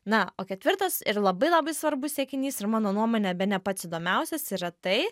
na o ketvirtas ir labai labai svarbus siekinys ir mano nuomone bene pats įdomiausias yra tai